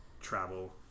travel